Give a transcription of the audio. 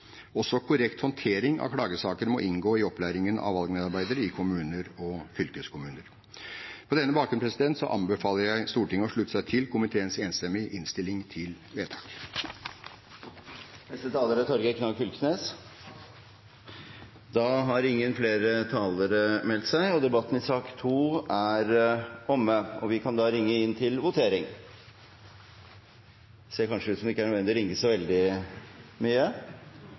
Også korrekt håndtering av klagesaker må inngå i opplæringen av valgmedarbeidere i kommuner og fylkeskommuner. På denne bakgrunn anbefaler jeg Stortinget å slutte seg til komiteens enstemmige innstilling til vedtak. Flere har ikke bedt om ordet til sak nr. 2. Stortinget er da klar til å gå til votering.